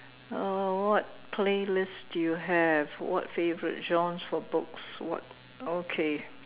uh what playlist do you have what favourite genres for books what okay